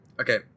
Okay